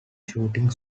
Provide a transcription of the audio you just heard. shooting